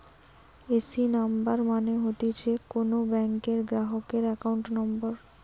AC number মানে হতিছে কোন ব্যাংকের গ্রাহকের একাউন্ট নম্বর